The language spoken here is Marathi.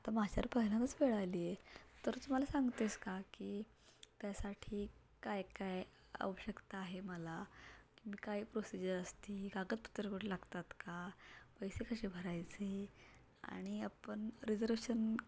आता माझ्यावर पहिल्यांदाच वेळ आली आहे तर तू मला सांगतेस का की त्यासाठी काय काय आवश्यकता आहे मला मी काय प्रोसिजर असते कागदपत्रं कुठले लागतात का पैसे कसे भरायचे आणि आपण रिजर्वेशन